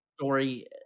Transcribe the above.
story